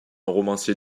romancier